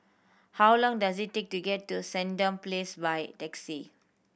how long does it take to get to Sandown Place by taxi